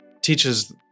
teaches